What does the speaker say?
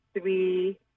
three